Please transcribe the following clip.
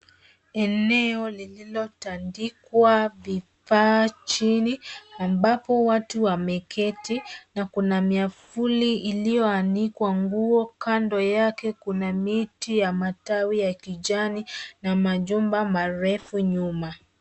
Eneo lililotandikwa vifaa chini, ambapo watu wameketi, na kuna myavuli iliyoanikwa nguo. Kando yake kuna miti ya kijani na majumba marefu nyuma.